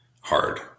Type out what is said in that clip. hard